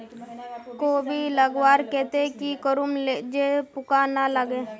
कोबी लगवार केते की करूम जे पूका ना लागे?